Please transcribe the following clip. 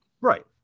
right